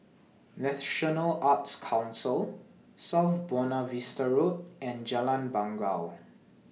National Arts Council South Buona Vista Road and Jalan Bangau